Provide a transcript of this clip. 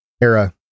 era